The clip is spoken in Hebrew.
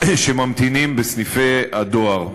בסניפי הדואר.